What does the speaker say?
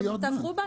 אז תהפכו בנק.